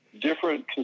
different